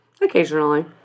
occasionally